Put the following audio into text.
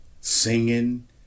singing